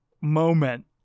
moment